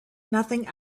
nothing